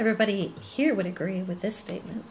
everybody here would agree with this statement